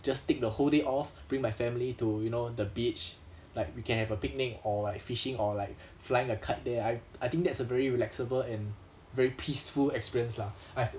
just take the whole day off bring my family to you know the beach like we can have a picnic or like fishing or like flying a kite there I I think that's a very relaxable and very peaceful experience lah I've